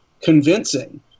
convincing